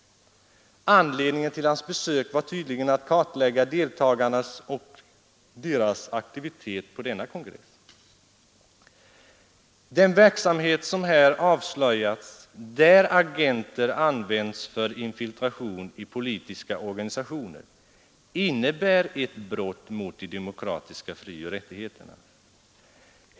Anledningen till hans besök var tydligen att kartlägga deltagarna och deras aktivitet på denna kongress. Den verksamhet som här avslöjats, där agenter används för infiltration i politiska organisationer, innebär ett brott mot de demokratiska frioch rättigheterna.